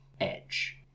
edge